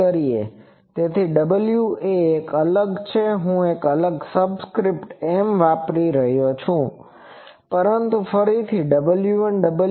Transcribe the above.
તેથી w એ એક અલગ છે હું અલગ સબસ્ક્રીપ્ટ m વાપરી રહ્યો છું પરંતુ તે ફરીથી w1 w2